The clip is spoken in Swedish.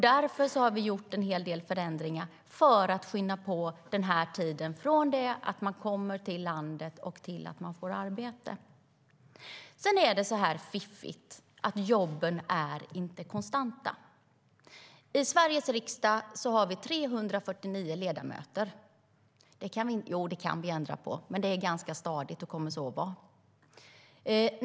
Därför har vi gjort en hel del förändringar för att skynda på tiden från det att man kommer till landet till det att man får arbete. Sedan är det så fiffigt att jobben inte är konstanta. I Sveriges riksdag har vi 349 ledamöter - det kan vi ändra på, men det är ganska stadigt och kommer så att förbli.